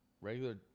regular